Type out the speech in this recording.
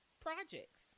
projects